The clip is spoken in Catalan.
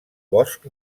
bosc